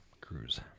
Cruise